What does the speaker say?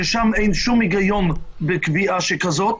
ששם אין שום היגיון בקביעה שכזאת,